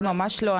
אולי --- ממש לא,